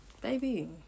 baby